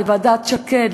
לוועדת שקד,